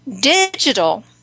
Digital